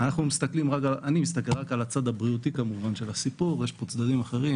אני מסתכל כמובן רק על הצד הבריאותי של הסיפור ויש פה צדדים אחרים,